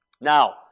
Now